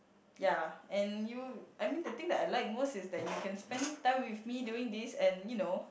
ya and you I mean the thing that I like most is that you can spend time with me doing this and you know